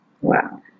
wow